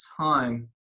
time